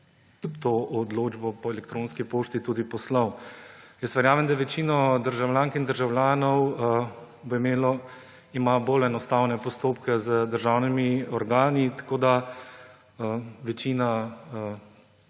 to odločbo po elektronski pošti tudi poslal. Verjamem, da ima večina državljank in državljanov bolj enostavne postopke z državnimi organi, tako da večina